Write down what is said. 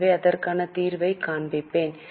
எனவே அதற்கான தீர்வைக் காண்பிப்பேன்